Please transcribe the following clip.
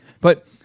But-